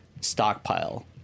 stockpile